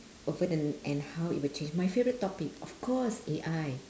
over the and how it will change my favourite topic of course A_I